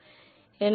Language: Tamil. எனவே தாமதம் ஆகும்